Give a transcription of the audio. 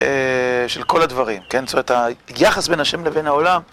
של כל הדברים, כן, זאת אומרת, היחס בין השם לבין העולם.